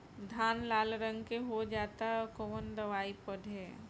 धान लाल रंग के हो जाता कवन दवाई पढ़े?